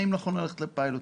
האם נכול ללכת לפיילוט.